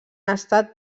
estat